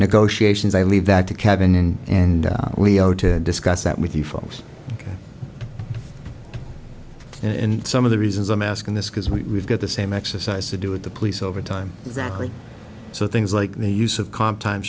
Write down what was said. negotiations i leave that to kevin and leo to discuss that with you folks in some of the reasons i'm asking this because we've got the same exercise to do with the police overtime exactly so things like the use of comp time